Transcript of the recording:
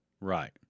Right